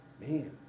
Man